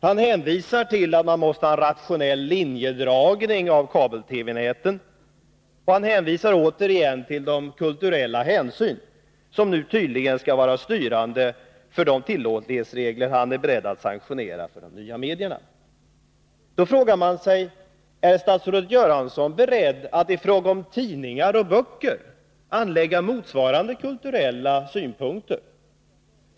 Han talar om att man måste ha rationell linjedragning av kabel TV-näten, och han hänvisar återigen till de kulturella hänsyn som nu tydligen skall vara styrande för de tillåtlighetsregler han är beredd att sanktionera för de nya medierna. Då frågar man sig: Är statsrådet Göransson beredd att i fråga om tidningar och böcker anlägga motsvarande kulturella synpunkter?